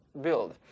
build